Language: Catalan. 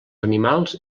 animals